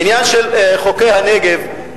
העניין של חוקי הנגב,